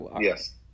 yes